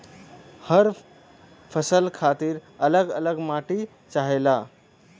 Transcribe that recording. हर फसल खातिर अल्लग अल्लग माटी चाहेला